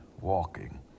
walking